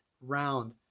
round